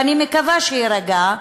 ואני מקווה שיירגע,